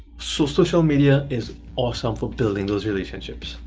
so social media is awesome for building those relationships.